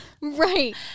Right